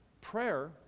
Prayer